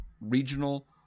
regional